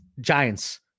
giants